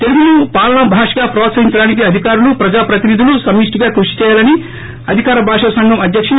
తెలుగును పాలనా భాషగా హ్రోత్సహించడానికి అధికారులు ప్రజా ప్రతినిధులు సమిష్టిగా కృషి చేయాలని అధికార భాష సంఘం అధ్యకులు డా